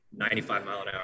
95-mile-an-hour